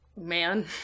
man